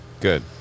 Good